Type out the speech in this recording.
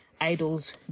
idols